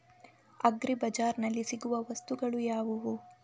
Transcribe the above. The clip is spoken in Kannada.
ಅಗ್ರಿ ಬಜಾರ್ನಲ್ಲಿ ಸಿಗುವ ವಸ್ತುಗಳು ಯಾವುವು?